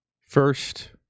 first